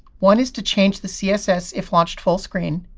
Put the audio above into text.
one is to change the css if launched fullscreen.